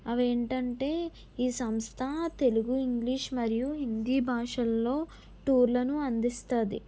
అవేంటంటే ఈ సంస్థ తెలుగు ఇంగ్లీష్ మరియు హిందీ భాషల్లో టూర్ లను అందిస్తుంది